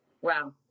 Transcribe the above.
wow